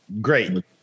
Great